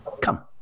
Come